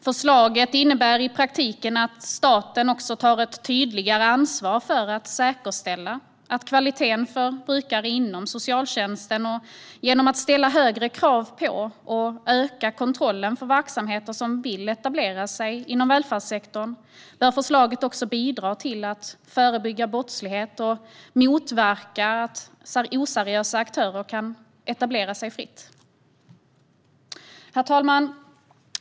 Förslaget innebär i praktiken att staten tar ett tydligare ansvar för att säkerställa kvaliteten för brukare inom socialtjänsten, och genom att ställa högre krav på och öka kontrollen av verksamheter som vill etablera sig inom välfärdssektorn bör förslaget också bidra till att förebygga brottslighet och motverka att oseriösa aktörer kan etablera sig fritt. Herr talman!